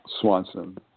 Swanson